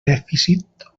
dèficit